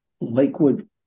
lakewood